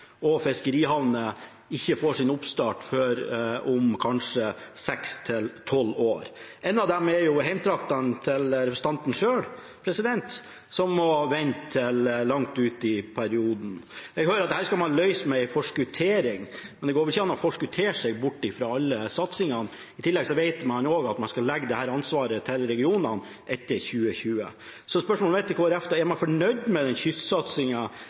og fiskerihavner ikke får sin oppstart før om kanskje seks–tolv år. Et av prosjektene er i representanten Grøvans egne hjemtrakter, som må vente til langt ut i perioden. Jeg hører at dette skal løses med en forskuttering, men det går vel ikke an å forskuttere seg bort fra alle satsingene. I tillegg vet man også at man skal legge dette ansvaret til regionene etter 2020. Spørsmålet mitt til Kristelig Folkeparti er: Er man fornøyd med den